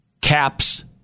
caps